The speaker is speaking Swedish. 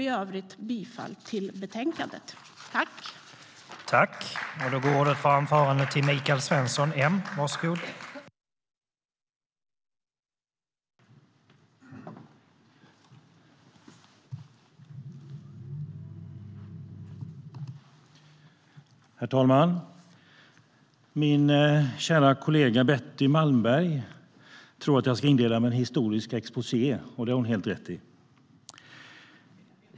I övrigt yrkar jag bifall till förslaget i betänkandet.